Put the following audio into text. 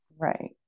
Right